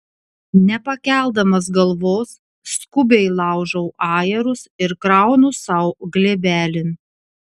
nepakeldamas galvos skubiai laužau ajerus ir kraunu sau glėbelin